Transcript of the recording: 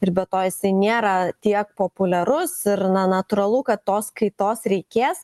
ir be to jisai nėra tiek populiarus ir na natūralu kad tos kaitos reikės